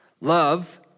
Love